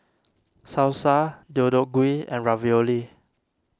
Salsa Deodeok Gui and Ravioli